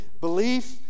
belief